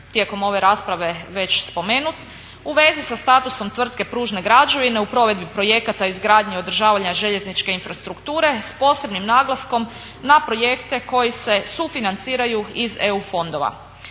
tijekom ove rasprave već spomenutom u vezi sa statusom tvrtke Pružne građevine u provedbi projekata izgradnje i održavanja željezničke infrastrukture s posebnim naglaskom na projekte koji se sufinanciraju iz EU fondova.